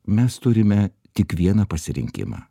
mes turime tik vieną pasirinkimą